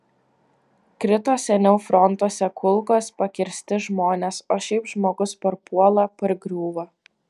krito seniau frontuose kulkos pakirsti žmonės o šiaip žmogus parpuola pargriūva